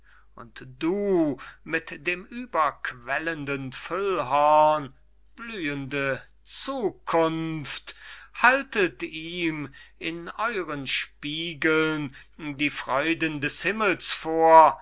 und du mit dem überquellenden füllhorn blühende zukunft haltet ihm in euren spiegeln die freuden des himmels vor